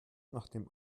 nachdem